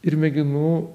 ir mėginu